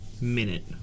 minute